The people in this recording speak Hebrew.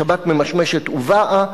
השבת ממשמשת ובאה,